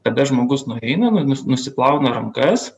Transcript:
tada žmogus nueina nu nusiplauna rankas